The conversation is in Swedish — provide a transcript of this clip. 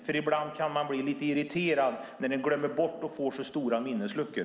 För ibland kan man bli lite irriterad när ni glömmer bort och får så stora minnesluckor.